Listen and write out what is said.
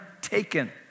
taken